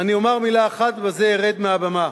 אני אומר מלה אחת ובזה ארד מהבמה.